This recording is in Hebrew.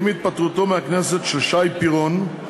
עם התפטרותו מהכנסת של שי פירון,